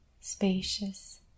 spacious